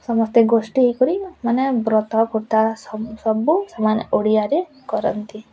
ସମସ୍ତେ ଗୋଷ୍ଠୀ ହେଇ କରି ମାନେ ବ୍ରତ ସବୁ ସବୁ ସେମାନେ ଓଡ଼ିଆରେ କରନ୍ତି